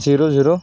zero zero